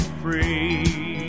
free